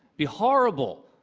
be horrible.